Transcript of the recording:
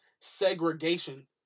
segregation